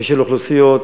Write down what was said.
ושל אוכלוסיות.